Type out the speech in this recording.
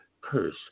curse